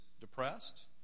depressed